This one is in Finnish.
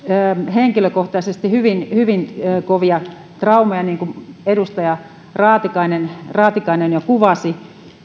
henkilökohtaisesti hyvin hyvin kovia traumoja niin kuin edustaja raatikainen raatikainen jo kuvasi